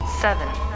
Seven